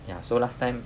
ya so last time